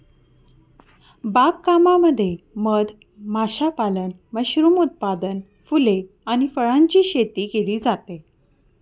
बाग कामामध्ये मध माशापालन, मशरूम उत्पादन, फुले आणि फळांची शेती केली जाते